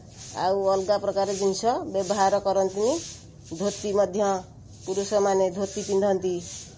ଆଉ ଅଲଗା ପ୍ରକାର ଜିନିଷ ବ୍ୟବହାର କରନ୍ତି ନି ଧୋତି ମଧ୍ୟ ପୁରୁଷମାନେ ଧୋତି ପିନ୍ଧନ୍ତି